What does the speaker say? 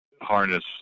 harness